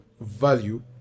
value